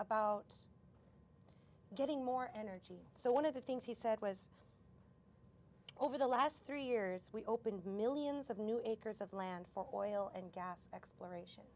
about getting more energy so one of the things he said was over the last three years we opened millions of new eight years of land for oil and gas exploration